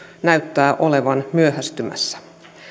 näyttää olevan myöhästymässä